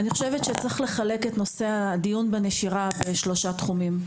שצריך לחלק את נושא הדיון בנשירה לשלושה תחומים,